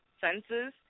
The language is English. senses